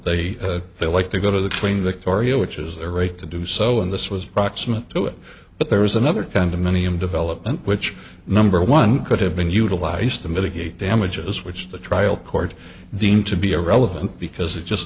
they they like to go to the queen victoria which is their right to do so and this was proximate to it but there was another condominium development which number one could have been utilized to mitigate damages which the trial court deemed to be irrelevant because it just